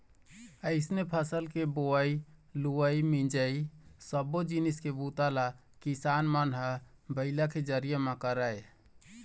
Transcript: अइसने फसल के बोवई, लुवई, मिंजई सब्बो जिनिस के बूता ल किसान मन ह बइला के जरिए म करय